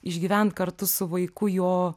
išgyvent kartu su vaiku jo